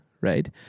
right